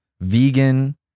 vegan